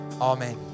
Amen